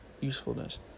usefulness